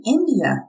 India